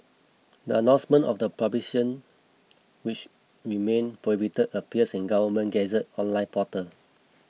the announcement of the publication which remain prohibited appears in the Government Gazette's online portal